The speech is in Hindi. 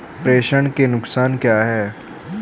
प्रेषण के नुकसान क्या हैं?